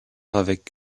avec